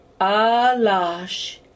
Alash